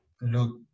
look